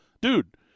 Dude